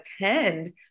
attend